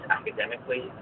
academically